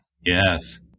Yes